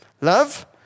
Love